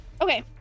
Okay